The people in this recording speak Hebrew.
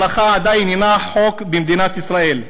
ההלכה עדיין איננה החוק במדינת ישראל.